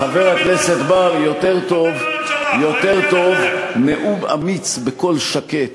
חבר הכנסת בר, יותר טוב נאום אמיץ בקול שקט